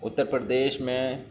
اتّر پردیش میں